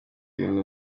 ibintu